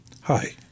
hi